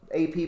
AP